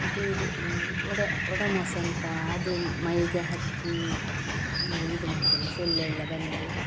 ಮತ್ತು ಇದು ವೊಡ ವೊಡಮೋಸ್ ಅಂತ ಅದು ಮೈಗೆ ಹಚ್ಚಿ ಇದು ಮಾಡ್ತೇನೆ ಸೊಳ್ಳೆ ಎಲ್ಲ ಬಂದರೆ